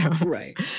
Right